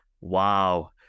wow